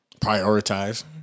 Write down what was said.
prioritize